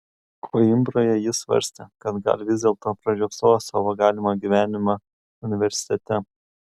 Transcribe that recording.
koimbroje jis svarstė kad gal vis dėlto pražiopsojo savo galimą gyvenimą universitete